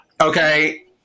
okay